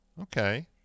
Okay